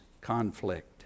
conflict